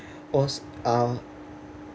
was um